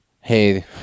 hey